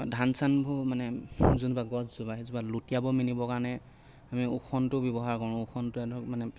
ধান চানবোৰ মানে যোনজোপা গছজোপা সেইজোপা লুটিয়াব মেলিব কাৰণে আমি ওখোনটো ব্যৱহাৰ কৰোঁ ওখোনটোৱে ধৰক মানে